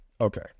Okay